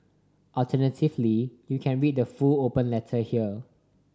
alternatively you can read the full open letter here